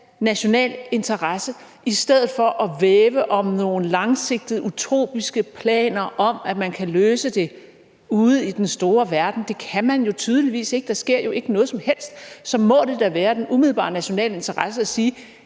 national interesse – i stedet for at væve nogle langsigtede utopiske planer om, at man kan løse det ude i den store verden. Det kan man jo tydeligvis ikke; der sker ikke noget som helst. Så det må da være den umiddelbare nationale interesse at sige: